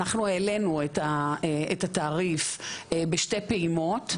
אנחנו העלנו את התעריף בשתי פעימות,